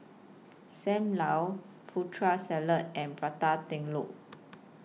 SAM Lau Putri Salad and Prata Telur